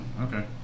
okay